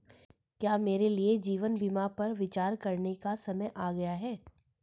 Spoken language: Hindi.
क्या मेरे लिए जीवन बीमा पर विचार करने का समय आ गया है?